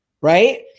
right